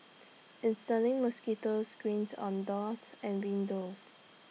installing mosquitos screened on doors and windows